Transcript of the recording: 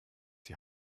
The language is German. die